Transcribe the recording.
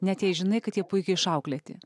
net jei žinai kad jie puikiai išauklėti